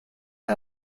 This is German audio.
wir